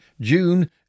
June